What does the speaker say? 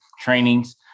trainings